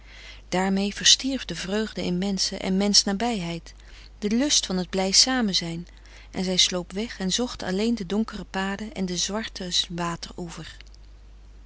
daarmee verstierf de vreugde in menschen en mensch nabijheid de lust van het blij samenzijn en zij sloop weg en zocht alleen de donkere paden en den zwarten water oever